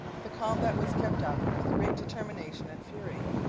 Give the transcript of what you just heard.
the combat was kept up with great determination and fury.